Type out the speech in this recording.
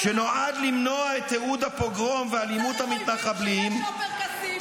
מי צריך אויבים כשיש עופר כסיף?